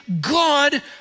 God